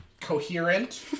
coherent